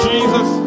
Jesus